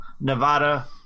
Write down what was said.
Nevada